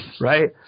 right